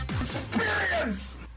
Experience